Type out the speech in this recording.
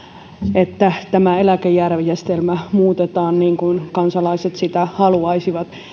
että tämä eläkejärjestelmä muutetaan niin kuin kansalaiset haluaisivat